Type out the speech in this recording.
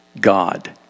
God